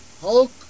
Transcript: Hulk